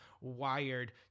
wired